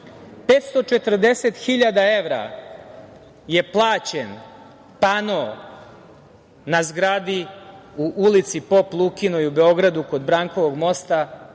hiljada evra je plaćen pano na zgradi u ulici Pop Lukinoj u Beogradu kod Brankovog mosta